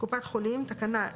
(חומרי הדרכה,